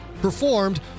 performed